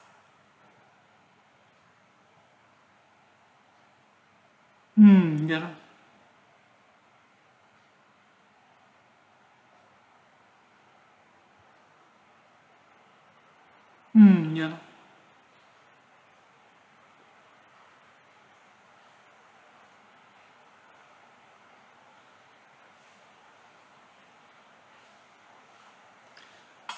mm ya mm ya